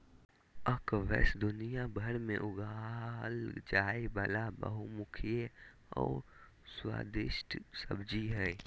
squash दुनियाभर में उगाल जाय वला बहुमुखी और स्वादिस्ट सब्जी हइ